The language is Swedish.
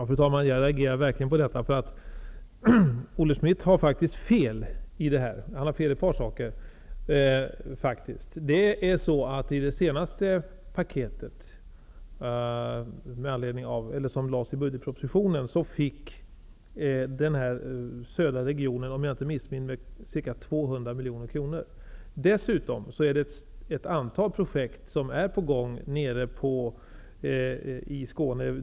Fru talman! Jag reagerar verkligen på detta, därför att i det här fallet har Olle Schmidt faktiskt fel -- även när det gäller en del andra saker. I det senaste paketet i budgetpropositionen fick -- om jag inte missminner mig -- den södra regionen ca 200 miljoner kronor. Dessutom är ett antal projekt på gång i Skåne.